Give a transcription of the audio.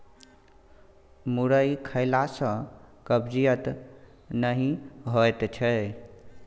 मुरइ खेला सँ कब्जियत नहि होएत छै